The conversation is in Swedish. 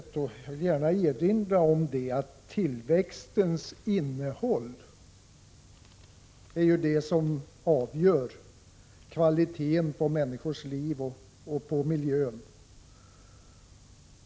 Tillväxtens innehåll avgör kvaliteten på människors liv och på miljön.